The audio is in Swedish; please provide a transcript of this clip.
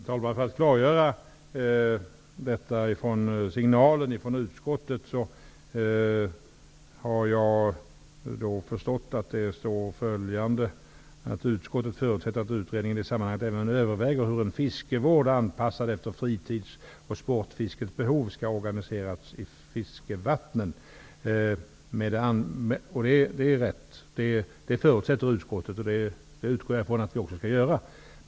Herr talman! För att klargöra frågan om signalen från utskottet har jag förstått att det är på följande sätt: Utskottet förutsätter att utredningen i det sammanhanget även överväger hur en fiskevård anpassad efter fritids och sportfiskets behov skall organiseras i frifiskevattnen. Detta är riktigt, och utskottet förutsätter detta. Det utgår jag också från att vi skall göra.